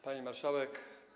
Pani Marszałek!